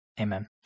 Amen